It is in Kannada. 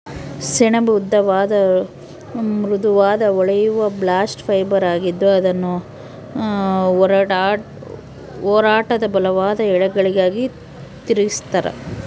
ಸೆಣಬು ಉದ್ದವಾದ ಮೃದುವಾದ ಹೊಳೆಯುವ ಬಾಸ್ಟ್ ಫೈಬರ್ ಆಗಿದ್ದು ಅದನ್ನು ಒರಟಾದ ಬಲವಾದ ಎಳೆಗಳಾಗಿ ತಿರುಗಿಸ್ತರ